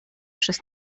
przez